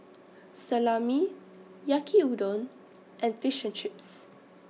Salami Yaki Udon and Fish and Chips